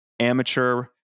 amateur